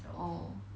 orh